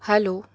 hello